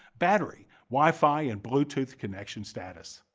battery, wi-fi and bluetooth connection status.